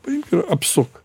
paimk ir apsuk